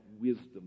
wisdom